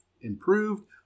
improved